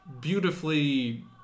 beautifully